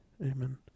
Amen